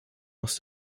was